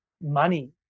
money